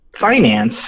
finance